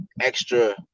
extra